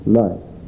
life